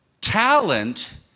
talent